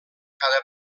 cada